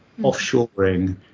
offshoring